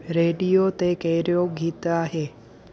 radio ते कहिड़ो गीत आहे